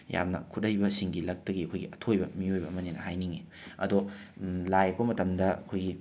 ꯌꯥꯝꯅ ꯈꯨꯠꯍꯩꯕꯁꯤꯡꯒꯤ ꯂꯛꯇꯒꯤ ꯑꯩꯈꯣꯏꯒꯤ ꯑꯊꯣꯏꯕ ꯃꯤꯑꯣꯏꯕ ꯑꯃꯅꯦꯅ ꯍꯥꯏꯅꯤꯡꯏ ꯑꯗꯣ ꯂꯥꯏ ꯌꯦꯛꯄ ꯃꯇꯝꯗ ꯑꯩꯈꯣꯏꯒꯤ